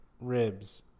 ribs